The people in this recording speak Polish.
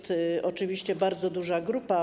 To oczywiście bardzo duża grupa.